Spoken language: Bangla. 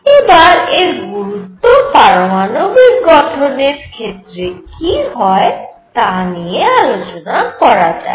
এবার এর গুরুত্ব পারমাণবিক গঠনের ক্ষেত্রে কি তা নিয়ে আলোচনা করা যাক